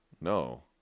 No